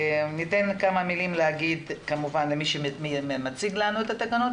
נאפשר לומר כמה מילים למי שמציג לנו את התקנות,